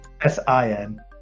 S-I-N